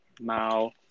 Mao